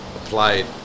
applied